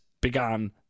began